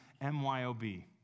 M-Y-O-B